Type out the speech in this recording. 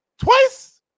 Twice